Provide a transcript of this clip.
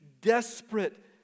desperate